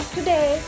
Today